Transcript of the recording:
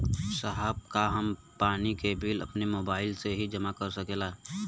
साहब का हम पानी के बिल अपने मोबाइल से ही जमा कर सकेला?